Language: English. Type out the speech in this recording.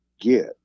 get